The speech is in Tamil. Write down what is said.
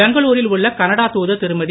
பெங்களுரில் உள்ள கனடா தூதர் திருமதி